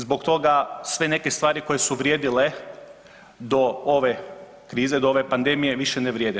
Zbog toga sve neke stvari koje su vrijedile do ove krize, do ove pandemije više ne vrijede.